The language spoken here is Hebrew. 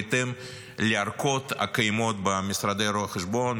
בהתאם להערכות הקיימות במשרדי רואי חשבון,